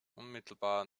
unmittelbar